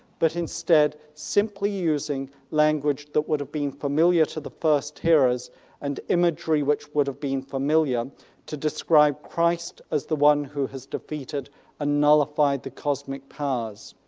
but instead simply using language that would have been familiar to the first hearers and imagery which would have been familiar to describe christ as the one who has defeated and ah nullified the cosmic powers.